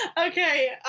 Okay